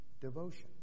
devotion